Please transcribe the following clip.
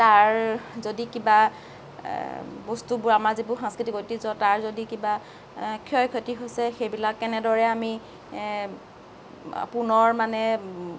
তাৰ যদি কিবা বস্তুবোৰ আমাৰ যিবোৰ সাংস্কৃতিক ঐতিহ্য তাৰ যদি কিবা ক্ষয় ক্ষতি হৈছে সেইবিলাক কেনেদৰে আমি পুনৰ মানে